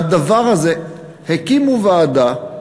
והדבר הזה, הקימו ועדה,